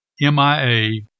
MIA